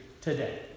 today